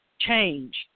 change